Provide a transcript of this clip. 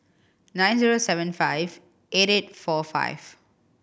nine zero seven five eight eight four five